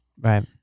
Right